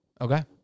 Okay